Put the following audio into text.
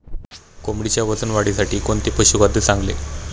कोंबडीच्या वजन वाढीसाठी कोणते पशुखाद्य चांगले?